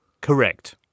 Correct